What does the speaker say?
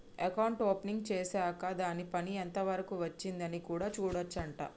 account open చేశాక్ దాని పని ఎంత వరకు వచ్చింది అని కూడా చూడొచ్చు అంట